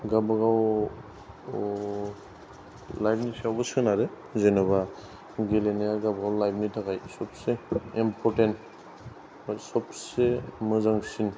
गावबागाव लाइफनि सायावबो सोनारो जेन'बा गेलेनाया गावबागाव लाइफनि थाखाय सबसे इमपरटेन्ट बा सबसे मोजांसिन